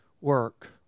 work